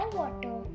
water